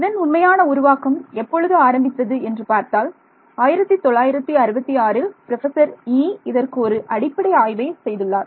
இதன் உண்மையான உருவாக்கம் எப்பொழுது ஆரம்பித்தது என்று பார்த்தால் 1966இல் ப்ரொபஸர் யீ இதற்கு ஒரு அடிப்படை ஆய்வை செய்துள்ளார்